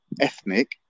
ethnic